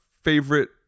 favorite